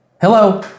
Hello